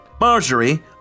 Marjorie